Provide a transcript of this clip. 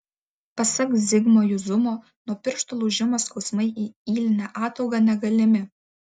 pasak zigmo juzumo nuo piršto lūžimo skausmai į ylinę ataugą negalimi